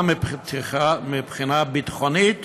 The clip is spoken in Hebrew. גם מבחינה ביטחונית